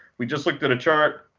we just looked at a chart.